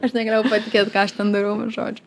aš negalėjau patikėt ką aš ten dariau žodžiu